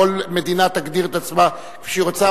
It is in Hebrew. כל מדינה תגדיר את עצמה כפי שהיא רוצה,